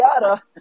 yada